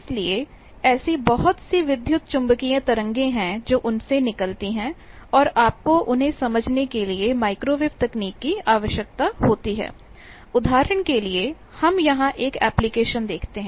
इसलिए ऐसी बहुत सी विद्युत चुम्बकीय तरंगें हैं जो उनसे निकलती हैं और आपको उन्हें समझने के लिए माइक्रोवेव तकनीक की आवश्यकता होती है उदाहरण के लिए हम यहां एक एप्लिकेशन देखते हैं